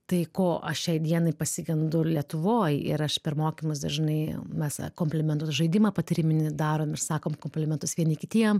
tai ko aš šiai dienai pasigendu lietuvoj ir aš per mokymus dažnai mes komplimentus žaidimą patyriminį darom ir sakom komplimentus vieni kitiem